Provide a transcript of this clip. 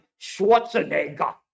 Schwarzenegger